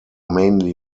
mainly